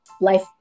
life